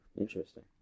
Interesting